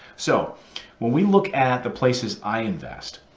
so when we look at the places i invest,